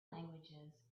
languages